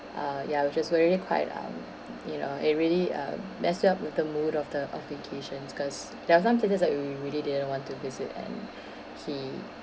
uh ya which is very quite um you know it really uh mess you up with the mood of the of vacations cause there were some places that we really didn't want to visit and he